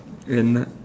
and